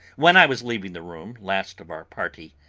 when i was leaving the room, last of our party,